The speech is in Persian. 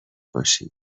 باشی